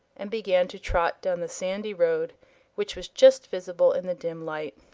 and began to trot down the sandy road which was just visible in the dim light.